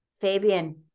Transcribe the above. Fabian